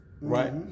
Right